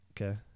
Okay